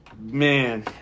Man